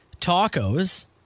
tacos